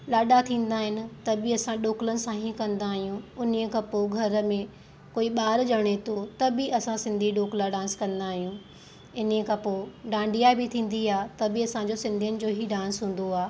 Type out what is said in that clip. लाॾा थींदा आहिनि त बि असां डोकलनि सां ई कंदा आहियूं उन ई खां पोइ घर में कोई ॿारु ॼमे थो त बि असां सिंधी डोकला डांस कंदा आहियूं इन ई खां पोइ डांडिया बि थींदी आहे त बि असांजो सिंधियुनि जो हीअ डांस हूंदो आहे